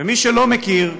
ומי שלא מכיר,